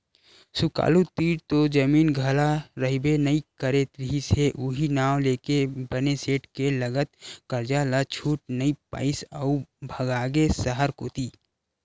सुकालू तीर तो जमीन जघा रहिबे नइ करे रिहिस हे उहीं नांव लेके बने सेठ के लगत करजा ल छूट नइ पाइस अउ भगागे सहर कोती